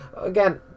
Again